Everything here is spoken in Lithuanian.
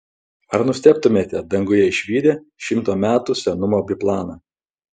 ar nustebtumėte danguje išvydę šimto metų senumo biplaną